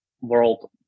world